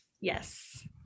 Yes